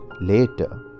later